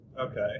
Okay